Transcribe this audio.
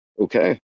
okay